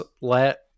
let